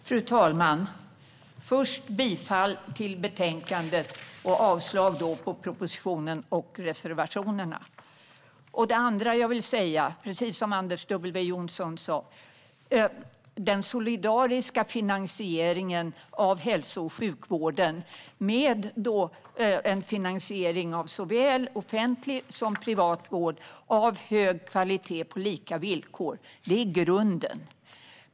Fru talman! Först vill jag yrka bifall till utskottets förslag och avslag på propositionen och reservationerna. Precis som Anders W Jonsson vill jag säga att den solidariska finansieringen av hälso och sjukvården med en finansiering av såväl offentlig som privat vård av hög kvalitet på lika villkor är grunden.